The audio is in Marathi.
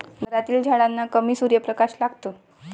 घरातील झाडांना कमी सूर्यप्रकाश लागतो